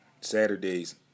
Saturday's